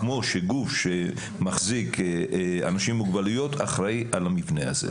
כמו שגוף שמחזיק אנשים עם מוגבלויות אחראי על המבנה הזה.